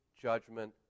judgment